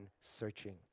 searching